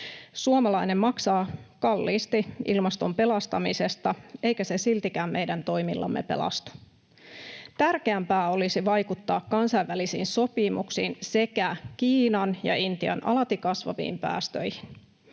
Suomalainen maksaa kalliisti ilmaston pelastamisesta, eikä se siltikään meidän toimillamme pelastu. Tärkeämpää olisi vaikuttaa kansainvälisiin sopimuksiin sekä Kiinan ja Intian alati kasvaviin päästöihin.